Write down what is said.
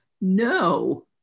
No